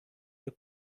your